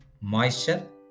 moisture